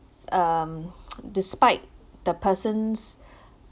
um despite the person's